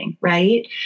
right